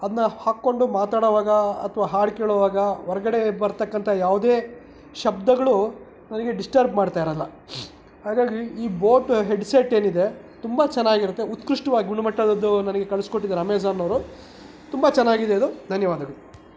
ಅದನ್ನ ಹಾಕಿಕೊಂಡು ಮಾತಾಡೋವಾಗ ಅಥವಾ ಹಾಡು ಕೇಳೋವಾಗ ಹೊರ್ಗಡೆ ಬರತಕ್ಕಂಥ ಯಾವುದೇ ಶಬ್ದಗಳು ನನಗೆ ಡಿಸ್ಟರ್ಬ್ ಮಾಡ್ತಾ ಇರೋಲ್ಲ ಹಾಗಾಗಿ ಈ ಬೋಟು ಹೆಡ್ಸೆಟ್ ಏನಿದೆ ತುಂಬ ಚೆನ್ನಾಗಿರುತ್ತೆ ಉತ್ಕೃಷ್ಟವಾದ ಗುಣಮಟ್ಟದ್ದು ನನಗೆ ಕಳ್ಸ್ಕೊಟ್ಟಿದ್ದಾರೆ ಅಮೇಝಾನ್ ಅವರು ತುಂಬ ಚೆನ್ನಾಗಿದೆ ಅದು ಧನ್ಯವಾದಗಳು